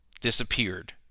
disappeared